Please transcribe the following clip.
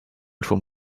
from